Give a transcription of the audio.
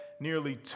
nearly